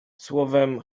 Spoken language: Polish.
słowem